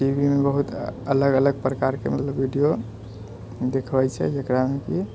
टीवीमे मतलब बहुत अलग अलग प्रकारके मतलब वीडियो देखबै छै जकरामे कि